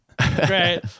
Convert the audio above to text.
Right